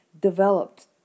Developed